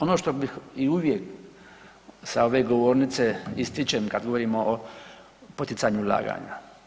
Ono što bih i uvijek sa ove govornice ističem kad govorimo o poticaju ulaganja.